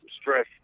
stress